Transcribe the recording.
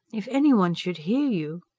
if anyone should hear you!